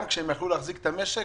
גם כשהם יכלו להחזיק את המשק,